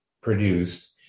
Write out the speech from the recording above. produced